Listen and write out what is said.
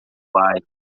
bairro